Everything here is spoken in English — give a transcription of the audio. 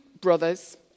brothers